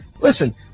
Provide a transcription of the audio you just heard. listen